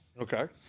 Okay